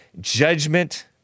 judgment